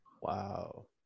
Wow